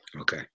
Okay